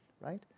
right